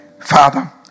father